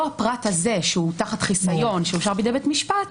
הפרט הזה שהוא תחת חיסיון שאושר בבית משפט,